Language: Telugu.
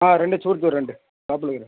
రండి చూద్దురండి లోపలికి రండి